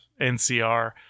NCR